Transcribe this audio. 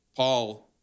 Paul